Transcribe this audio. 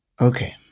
Okay